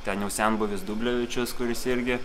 ten jau senbuvis dublevitčius kuris irgi